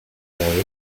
their